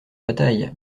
bataille